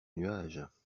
nuages